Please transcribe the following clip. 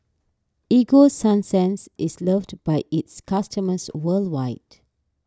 Ego Sunsense is loved by its customers worldwide